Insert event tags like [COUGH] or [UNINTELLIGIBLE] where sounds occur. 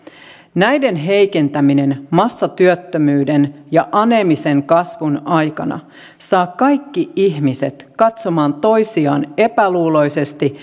näiden heikentäminen massatyöttömyyden ja aneemisen kasvun aikana saa kaikki ihmiset katsomaan toisiaan epäluuloisesti [UNINTELLIGIBLE]